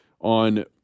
on